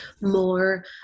more